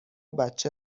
بچه